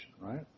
right